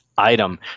Item